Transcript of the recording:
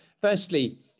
Firstly